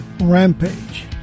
Rampage